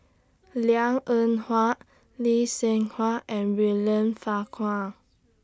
Liang Eng Hwa Lee Seng Huat and William Farquhar